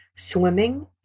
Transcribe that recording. swimming